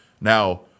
Now